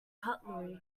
cutlery